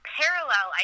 parallel